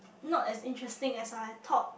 not as interesting as I thought